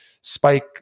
spike